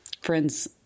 friends